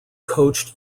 coached